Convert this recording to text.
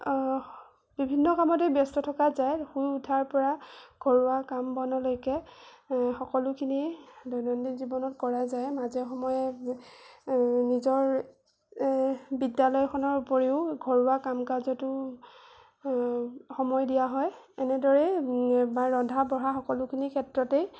বিভিন্ন কামতেই ব্যস্ত থকা যায় শুই উঠাৰ পৰা ঘৰুৱা কাম বনলৈকে সকলোখিনি দৈনন্দিন জীৱনত কৰা যায় মাজে সময়ে নিজৰ বিদ্যালয়খনৰ উপৰিও ঘৰুৱা কাম কাজতো সময় দিয়া হয় এনেদৰেই বা ৰন্ধা বঢ়া সকলোখিনি ক্ষেত্ৰতেই